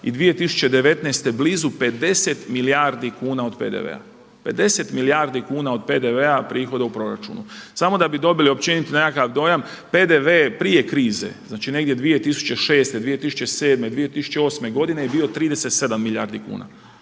i 2019. blizu 50 milijardi kuna od PDV-a. 50 milijardi kuna od PDV-a prihoda u proračunu. Samo da bi dobili nekakav općeniti dojam, PDV je prije krize znači negdje 2006., 2007., 2008. godine je bio 37 milijardi kuna.